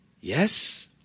yes